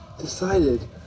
decided